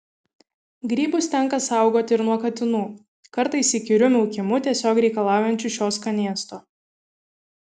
grybus tenka saugoti ir nuo katinų kartais įkyriu miaukimu tiesiog reikalaujančių šio skanėsto